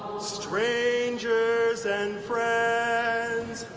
strangers and friends